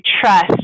trust